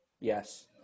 Yes